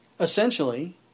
essentially